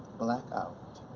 black out,